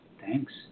thanks